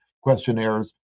questionnaires